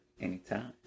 anytime